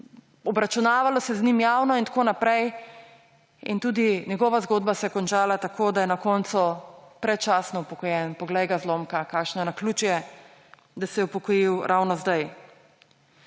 obračunavalo se je z njim javno in tako naprej. In tudi njegova zgodba se je končala tako, da je na koncu predčasno upokojen. Poglej ga zlomka, kakšno naključje, da se je upokojil ravno zdaj.